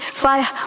fire